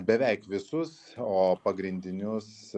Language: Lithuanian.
beveik visus o pagrindinius